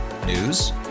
News